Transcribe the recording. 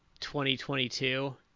2022